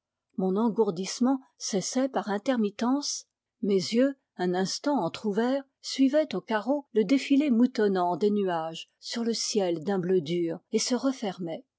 mon engourdissement cessait par intermittence mes yeux un instant entr'ouverts suivaient aux carreaux le défilé moutonnant des nuages sur le ciel d'un bleu dur et se refermaient